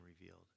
revealed